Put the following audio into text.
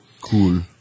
Cool